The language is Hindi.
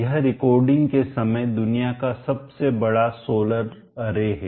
यह रिकॉर्डिंग के समय दुनिया का सबसे बड़ा सोलर अरे है